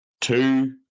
two